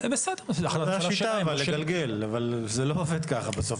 זו השיטה אבל לגלגל, אבל זה לא עובד ככה בסוף.